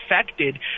affected